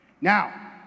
Now